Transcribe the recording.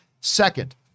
Second